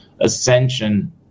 ascension